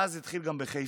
ואז זה התחיל גם בחיפה.